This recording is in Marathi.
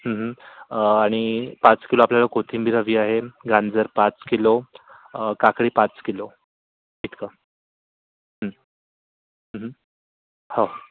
आणि पाच किलो आपल्याला कोथिंबीर हवी आहे गाजर पाच किलो काकडी पाच किलो इतकं हो